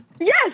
Yes